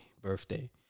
birthday